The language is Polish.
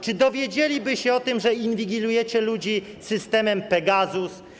Czy dowiedzieliby się o tym, że inwigilujecie ludzi systemem Pegasus?